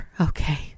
okay